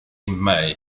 mei